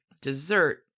dessert